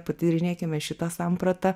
patyrinėkime šitą sampratą